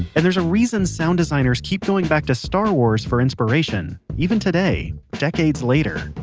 and there's a reason sound designers keep going back to star wars for inspiration, even today, decades later.